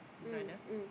mm mm